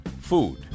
food